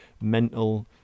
mental